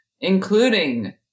including